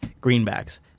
greenbacks